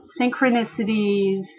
synchronicities